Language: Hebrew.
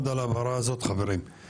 אז כרגע כן עומדים בתנאים כי זה בהגשה.